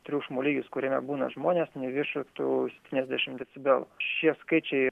triukšmo lygis kuriame būna žmonės neviršytų septyniasdešimt decibelų šie skaičiai